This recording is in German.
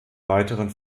weiteren